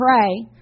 pray